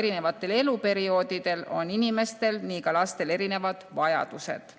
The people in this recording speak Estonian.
Erinevatel eluperioodidel on inimestel, nii ka lastel, erinevad vajadused.